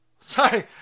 Sorry